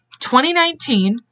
2019